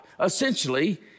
Essentially